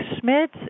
Schmidt